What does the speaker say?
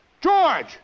George